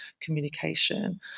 communication